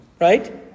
right